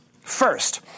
First